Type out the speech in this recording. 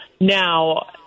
Now